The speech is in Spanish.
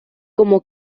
como